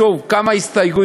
שוב, כמה הסתייגויות.